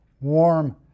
warm